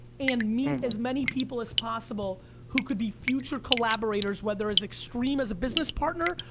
and meet as many people as possible who could be future collaborators whether as extreme as a business partner,